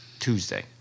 Tuesday